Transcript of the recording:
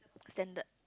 standard